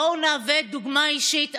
בואו נהיה דוגמה אישית,